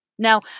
Now